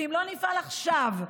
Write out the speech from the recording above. ואם לא נפעל עכשיו,